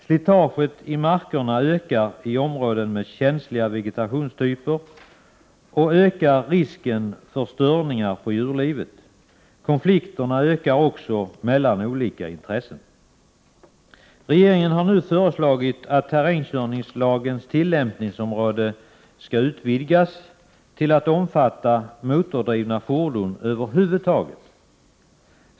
Slitaget i markerna ökar i områden med känsliga vegetationstyper, och risken för störningar på djurlivet ökar. Konflikterna mellan olika intressen ökar också. Regeringen har nu föreslagit att terrängkörningslagens tillämpningsområde utvidgas till att omfatta motordrivna fordon över huvud taget.